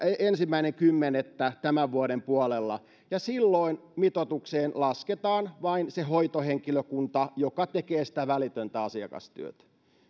ensimmäinen kymmenettä tämän vuoden puolella mitoitukseen lasketaan silloin vain se hoitohenkilökunta joka tekee sitä välitöntä asiakastyötä